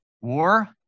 War